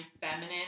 feminine